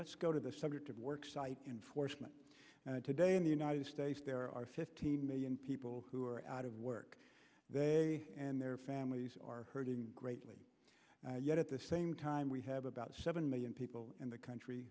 let's go to the subject of work site enforcement today in the united states there are fifteen million people who are out of work they and their families are hurting greatly yet at the same time we have about seven million people in the country